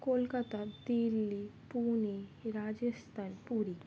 Kolkata Delhi Pune Rajasthan Puri